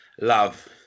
love